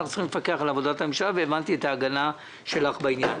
אנחנו צריכים לפקח על עבודת הממשלה והבנתי את ההגנה שלך בעניין.